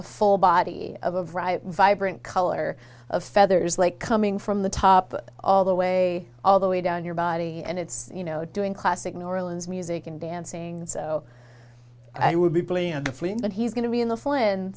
a full body of of right vibrant color of feathers like coming from the top all the way all the way down your body and it's you know doing classic new orleans music and dancing so i would be playing a friend but he's going to be in the f